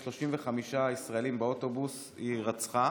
35 ישראלים באוטובוס היא רצחה,